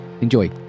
enjoy